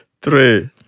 Three